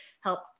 help